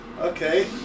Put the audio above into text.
Okay